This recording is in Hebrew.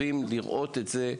בנושא.